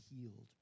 healed